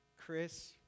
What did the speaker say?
Chris